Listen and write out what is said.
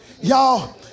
Y'all